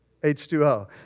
H2O